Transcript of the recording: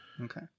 Okay